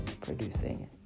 producing